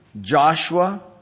Joshua